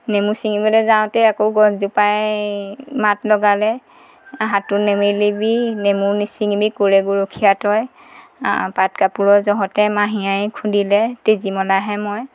নেমু ছিঙিবলৈ যাওঁতে আকৌ গছজোপাই মাত লগালে হাতো নেমেলিবি নেমু নিছিঙিবি ক'ৰে গৰখীয়া তই আ পাটকাপোৰৰ জহতে মাহী আই খুন্দিলে তেজীমলাহে মই